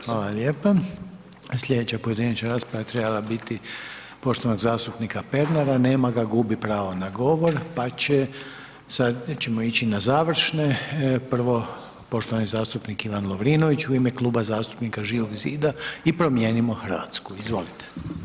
Hvala lijepa, slijedeća pojedinačna rasprava trebala je biti poštovanog zastupnika Pernara, nema ga, gubi pravo na govor, pa će, sad ćemo ići na završne, prvo poštovani zastupnik Ivan Lovrinović u ime Kluba zastupnika Živog zida i Promijenimo Hrvatsku, izvolite.